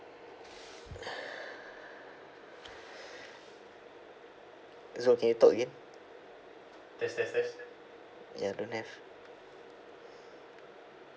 it's okay talk again test test test ya don't have